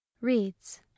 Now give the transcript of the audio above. reads